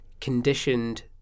conditioned